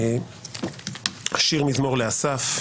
"שיר מזמור לאסף.